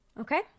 Okay